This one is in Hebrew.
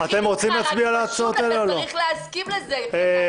רק פשוט אתה צריך להסכים לזה.